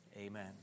amen